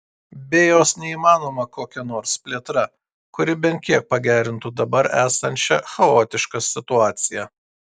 be jos neįmanoma kokia nors plėtra kuri bent kiek pagerintų dabar esančią chaotišką situaciją